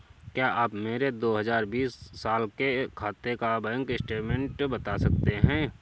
क्या आप मेरे दो हजार बीस साल के खाते का बैंक स्टेटमेंट बता सकते हैं?